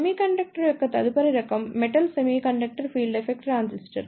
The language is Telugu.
సెమీకండక్టర్ యొక్క తదుపరి రకం metal semiconductor field effect transistor